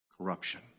corruption